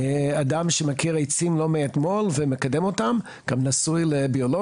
אדם שמכיר עצים לא מאתמול ומקדם אותם נאור,